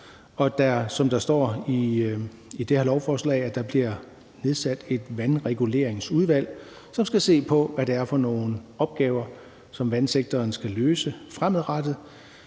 som der står i det her lovforslag, bliver nedsat et vandreguleringsudvalg, som skal se på, hvad det er for nogle opgaver, som vandsektoren skal løse fremadrettet.